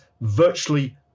virtually